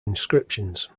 inscriptions